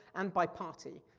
and by party.